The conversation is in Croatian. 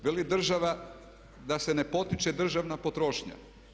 Veli država da se ne potiče državna potrošnja.